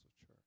church